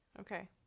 okay